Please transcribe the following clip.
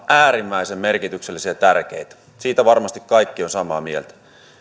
äärimmäisen merkityksellisiä ja tärkeitä siitä varmasti kaikki ovat samaa mieltä